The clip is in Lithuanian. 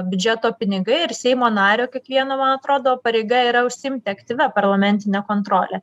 biudžeto pinigai ir seimo nario kiekvieno man atrodo pareiga yra užsiimti aktyvia parlamentine kontrole